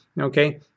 okay